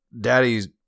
Daddy's